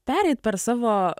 pereit per savo